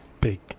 big